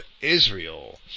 Israel